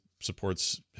supports